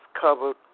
covered